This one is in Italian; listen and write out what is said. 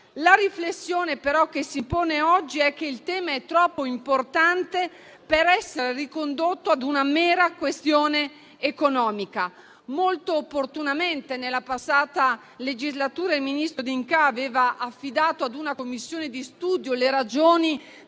La riflessione che si impone oggi, però, è che il tema è troppo importante per essere ricondotto a una mera questione economica. Molto opportunamente nella passata legislatura il ministro D'Incà aveva affidato a una commissione di studio le ragioni